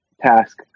task